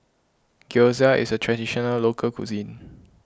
Gyoza is a Traditional Local Cuisine